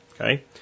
Okay